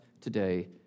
today